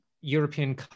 European